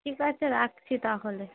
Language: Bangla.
ঠিক আছে রাখছি তাহলে